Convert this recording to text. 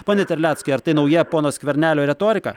pone terleckai ar tai nauja pono skvernelio retorika